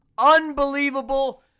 unbelievable